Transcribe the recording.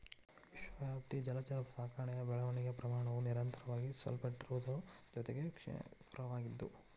ವಿಶ್ವವ್ಯಾಪಿ ಜಲಚರ ಸಾಕಣೆಯ ಬೆಳವಣಿಗೆಯ ಪ್ರಮಾಣವು ನಿರಂತರವಾಗಿ ಸಲ್ಪಟ್ಟಿರುವುದರ ಜೊತೆಗೆ ಕ್ಷಿಪ್ರವಾಗಿದ್ದು